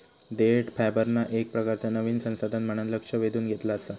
देठ फायबरना येक प्रकारचा नयीन संसाधन म्हणान लक्ष वेधून घेतला आसा